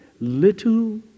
Little